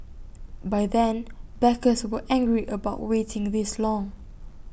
by then backers were angry about waiting this long